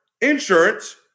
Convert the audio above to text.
Insurance